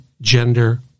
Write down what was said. gender